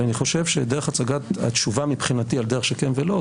אבל אני חושב שדרך הצגת התשובה מבחינתי על דרך של כן ולא,